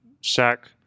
sack